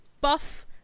buff